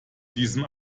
diesem